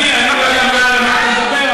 אני לא יודע על מה אתה מדבר,